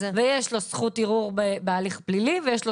ויש לו זכות ערעור בהליך הפלילי ויש לו